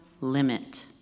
limit